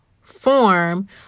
form